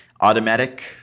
automatic